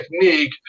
technique